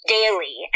Daily